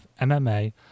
MMA